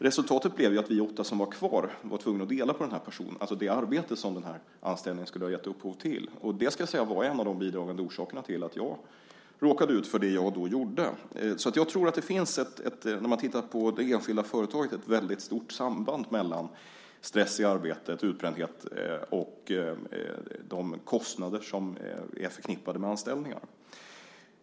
Resultatet blev att vi åtta som var kvar var tvungna att dela på det arbete som den anställningen skulle ha gett upphov till. Det var en av de bidragande orsakerna till att jag råkade ut för det jag då gjorde. Så jag tror, när man tittar på det enskilda företaget, att det finns ett väldigt tydligt samband mellan stress i arbetet, utbrändhet och de kostnader som är förknippade med anställningar.